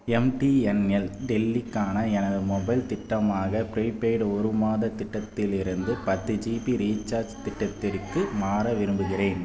MTNL டெல்லிக்கான எனது mobile திட்டமாக ப்ரீபெய்ட் ஒரு மாதத் திட்டத்திலிருந்து பத்து ஜிபி ரீசார்ஜ் திட்டத்திற்க்கு மாற விரும்புகிறேன்